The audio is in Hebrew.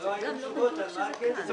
אבל לא היו תשובות על מה הכסף.